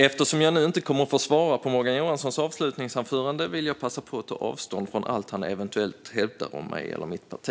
Eftersom jag inte kommer att få svara på Morgan Johanssons avslutande inlägg vill jag passa på att ta avstånd från allt han eventuellt hävdar om mig eller mitt parti.